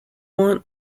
want